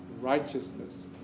righteousness